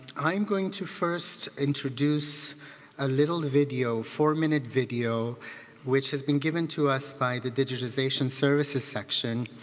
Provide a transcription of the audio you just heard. i'm going to first introduce a little video, four-minute video which has been given to us by the digitization services section.